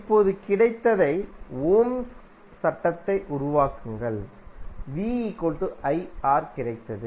இப்போது கிடைத்ததை ஓம்ஸ் சட்டத்தை உருவாக்குங்கள் கிடைத்தது